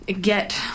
get